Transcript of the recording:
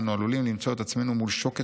אנו עלולים למצוא את עצמנו מול שוקת